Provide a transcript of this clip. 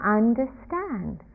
understand